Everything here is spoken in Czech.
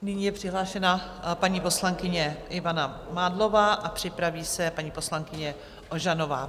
Nyní je přihlášena paní poslankyně Ivana Mádlová a připraví se paní poslankyně Ožanová.